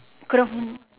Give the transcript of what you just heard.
couldn't